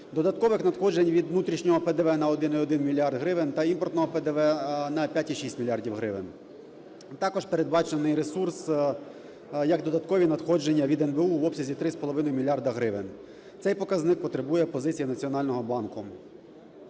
додаткових надходжень від внутрішнього ПДВ на 1,1 мільярд гривень та імпортного ПДВ – на 5,6 мільярда гривень. Також передбачений ресурс як додаткові надходження від НБУ в обсязі три з половиною мільярди гривень. Цей показник потребує позиції Національного банку.